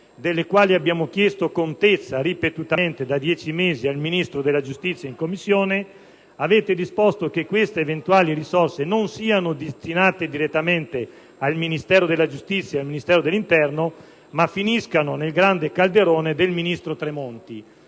delle quali abbiamo chiesto contezza ripetutamente da dieci mesi al Ministro della giustizia in Commissione, non siano destinate direttamente al Ministero della giustizia e a quello dell'interno, ma finiscano nel grande calderone del ministro Tremonti,